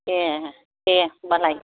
दे दे होमब्लालाय